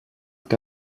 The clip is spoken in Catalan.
que